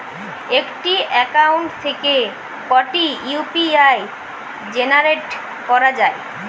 একটি অ্যাকাউন্ট থেকে কটি ইউ.পি.আই জেনারেট করা যায়?